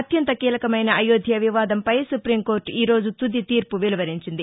అత్యంత కీలకమైన అయోధ్య వివాదంపై సుప్టీం కోర్టు ఈరోజు తుది తీర్పు వెలువరించింది